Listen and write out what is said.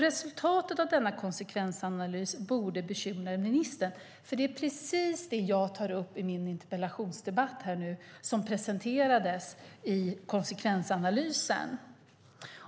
Resultatet av konsekvensanalysen borde bekymra ministern, för precis det som jag tar upp i min interpellation presenterades i konsekvensanalysen.